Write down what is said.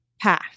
path